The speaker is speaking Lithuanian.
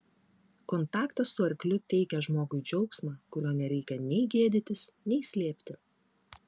kontaktas su arkliu teikia žmogui džiaugsmą kurio nereikia nei gėdytis nei slėpti